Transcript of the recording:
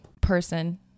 person